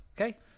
okay